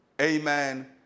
amen